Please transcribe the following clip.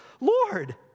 Lord